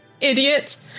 Idiot